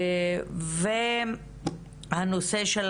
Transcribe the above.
והנושא של